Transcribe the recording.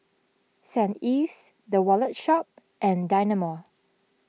Saint Ives the Wallet Shop and Dynamo